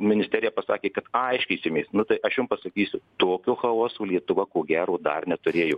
ministerija pasakė kad aiškysimės nu tai aš jum pasakysiu tokio chaoso lietuva ko gero dar neturėjo